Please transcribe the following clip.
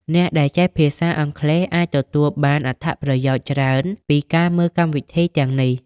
អ្នកដែលចេះភាសាអង់គ្លេសអាចទទួលបានអត្ថប្រយោជន៍ច្រើនពីការមើលកម្មវិធីទាំងនេះ។